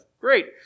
great